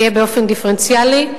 זה יהיה באופן דיפרנציאלי.